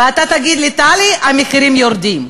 ואתה תגיד לי: טלי, המחירים יורדים.